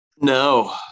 No